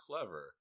clever